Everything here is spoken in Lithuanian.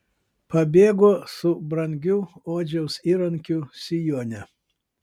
pabėgo su brangiu odžiaus įrankiu sijone